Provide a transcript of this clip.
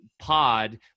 pod